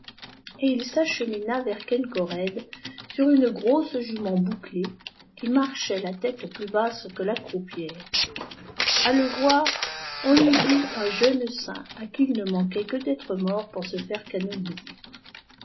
et il s'achemina verskenkored sur une grosse jument bouclée qui marchait k tête plus basse que la oroupière a le voir on eût dit un jeune saint à qui il ne manquait que d'être mort pour se faire canoniser